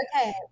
okay